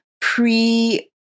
pre